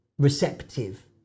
receptive